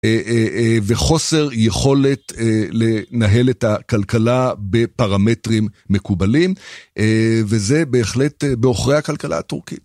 וחוסר יכולת לנהל את הכלכלה בפרמטרים מקובלים וזה בהחלט בעוכרי הכלכלה הטורקית.